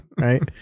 Right